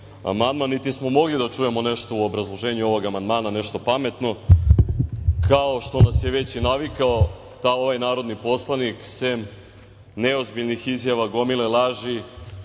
amandman niti smo mogli da čujemo nešto u obrazloženju ovog amandmana nešto pametno, kao što nas je već navikao ovaj narodni poslanik, sem neozbiljnih izjava, gomile laži,